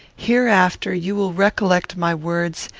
hereafter you will recollect my words,